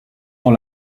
dans